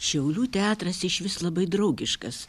šiaulių teatras išvis labai draugiškas